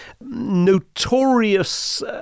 notorious